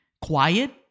quiet